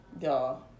y'all